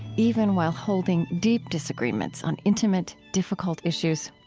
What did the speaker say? even while holding deep disagreements on intimate, difficult issues?